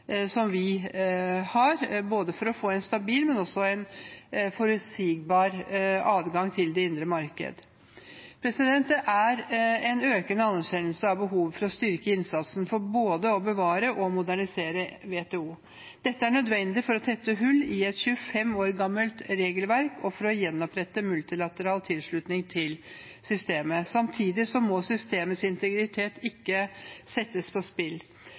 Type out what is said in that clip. indre marked. Det er en økende anerkjennelse av behovet for å styrke innsatsen for både å bevare og modernisere WTO. Dette er nødvendig for å tette hull i et 25 år gammelt regelverk og for å gjenopprette multilateral tilslutning til systemet. Samtidig må systemets integritet ikke settes på spill.